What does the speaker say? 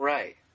Right